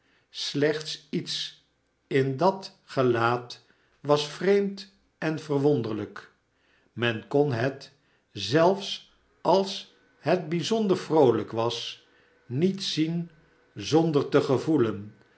slechts iets in dat gelaat was vreemd en verwonderlijk men kon het zelfs als het bijzonder vroolijk was niet zien zonder te gevoelen